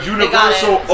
Universal